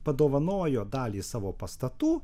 padovanojo dalį savo pastatų